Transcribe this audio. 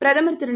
பிரதமர் திரு